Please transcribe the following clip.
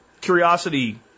Curiosity